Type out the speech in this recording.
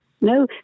No